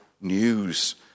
news